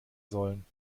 sollen